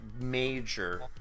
major